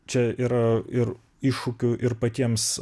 čia yra ir iššūkių ir patiems